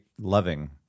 loving